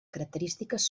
característiques